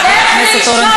חבר הכנסת אורן